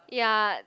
ya